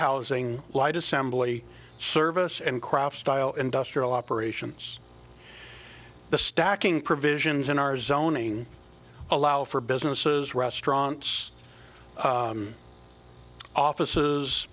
housing light assembly service and crafts style industrial operations the stacking provisions in our zoning allow for businesses restaurants offices